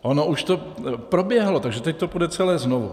Ono už to proběhlo, takže teď to půjde celé znovu.